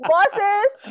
Bosses